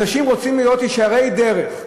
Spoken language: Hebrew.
אנשים רוצים להיות ישרי דרך,